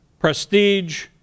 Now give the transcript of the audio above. prestige